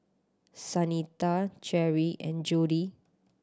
Shanita Cherri and Jodie